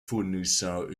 fournissant